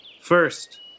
First